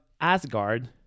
Asgard